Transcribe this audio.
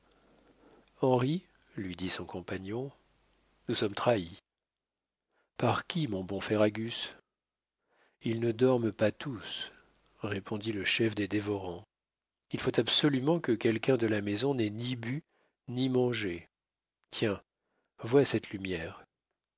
henri lui dit son compagnon nous sommes trahis par qui mon bon ferragus ils ne dorment pas tous répondit le chef des dévorants il faut absolument que quelqu'un de la maison n'ait ni bu ni mangé tiens vois cette lumière